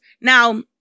Now